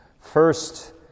First